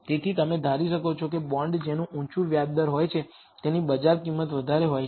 તેથી તમે ધારી શકો છો કે બોન્ડ જેનું ઊંચું વ્યાજ દર હોય છે તેની બજાર કિંમત વધારે હોય છે